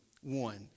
one